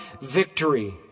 victory